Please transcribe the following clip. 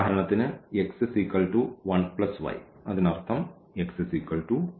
ഉദാഹരണത്തിന് x 1 y അതിനർത്ഥം x2